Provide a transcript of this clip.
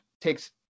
takes